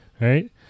right